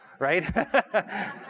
right